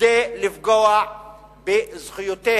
כדי לפגוע בזכויותיהם